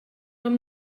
com